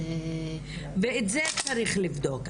ואת זה צריך לבדוק,